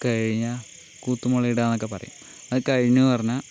കഴിഞ്ഞ കൂത്തുമണിഡാന്നക്കെ പറയും അത് കഴിഞ്ഞുവെന്ന് പറഞ്ഞാൽ